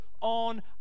on